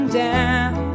down